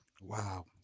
Wow